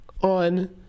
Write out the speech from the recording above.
on